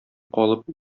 калып